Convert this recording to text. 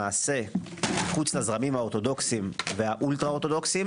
למעשה מחוץ לזרמים האורתודוקסים והאולטרה אורתודוקסים.